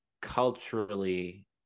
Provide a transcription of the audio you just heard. culturally